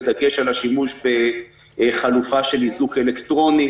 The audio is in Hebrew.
בדגש על שימוש בחלופה של איזוק אלקטרוני.